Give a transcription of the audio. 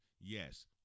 Yes